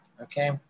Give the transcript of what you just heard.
okay